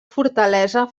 fortalesa